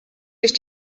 sich